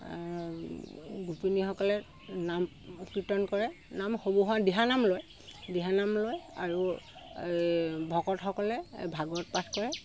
গোপিনীসকলে নাম কীৰ্তন কৰে নাম দিহানাম লয় দিহানাম লয় আৰু ভকতসকলে ভাগৱত পাঠ কৰে